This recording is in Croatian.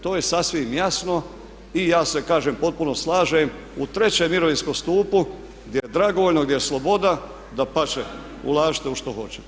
To je sasvim jasno i ja se kažem potpuno slažem u trećem mirovinskom stupu gdje je dragovoljno, gdje je sloboda dapače, ulažite u što hoćete.